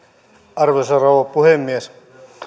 arvoisa rouva puhemies